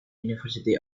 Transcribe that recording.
university